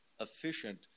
efficient